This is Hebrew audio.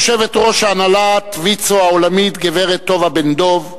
יושבת-ראש הנהלת ויצו העולמית, גברת טובה בן דב,